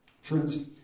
Friends